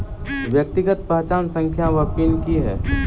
व्यक्तिगत पहचान संख्या वा पिन की है?